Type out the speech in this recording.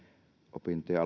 opintojen